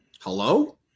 Hello